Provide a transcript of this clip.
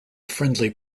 friendly